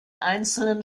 einzelnen